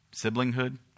siblinghood